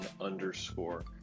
underscore